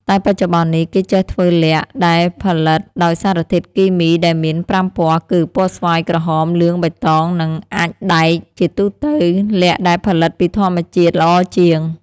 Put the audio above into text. តែបច្ចុប្បន្ននេះ គេចេះធ្វើល័ខ ដែលផលិតដោយសារធាតុគីមីដែលមាន ៥ ពណ៌គី ពណ៌ស្វាយ ក្រហម លឿង បៃតង និងអាចម៍ដែក ជាទូទៅ ល័ខដែលផលិតពីធម្មជាតិល្អជាង ។